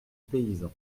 paysan